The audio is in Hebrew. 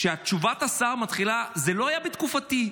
כשתשובת השר מתחילה: זה לא היה בתקופתי,